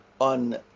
on